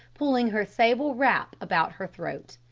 pulling her sable wrap about her throat.